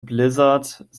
blizzard